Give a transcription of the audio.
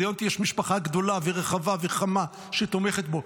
ליונתי יש משפחה גדולה ורחבה וחמה שתומכת בו.